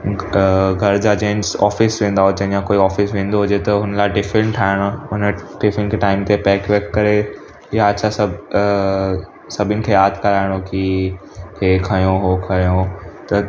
घर जा जेन्स ऑफ़िस वेंदा हुजनि या कोई ऑफ़िस वेंदो हुजे त हुन लाइ टिफ़िन ठाहिणो हुन टिफ़िन खे टाइम ते पैक वैक करे या अच्छा सभु सभिनी खे यादि कराइणो की इहो खयो उहो खयो त